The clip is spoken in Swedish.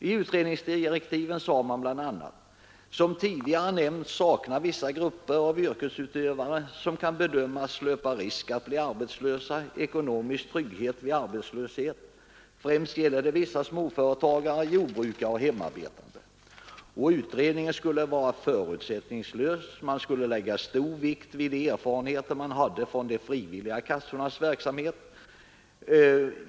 I utredningsdirektiven sades bl.a.: ”Som tidigare nämnts saknar vissa grupper av yrkesutövare som kan bedömas löpa risk att bli arbetslösa ekonomisk trygghet vid arbetslöshet. Främst gäller det vissa småföretagare, jordbrukare och hemarbetande.” Utredningen skulle vara förutsättningslös. Man skulle lägga stor vikt vid erfarenheterna från de frivilliga kassornas verksamhet.